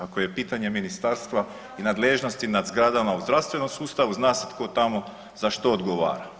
Ako je pitanje ministarstva i nadležnosti nad zgradama u zdravstvenom sustavu zna se tko tamo za što odgovara.